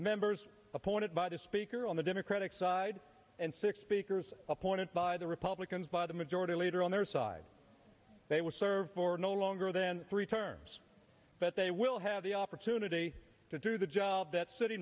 members appointed by the speaker on the democratic side and six speakers appointed by the republicans by the majority leader on their side they will serve no longer than three terms because they will have the opportunity to do the job that city